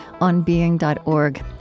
onbeing.org